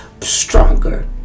stronger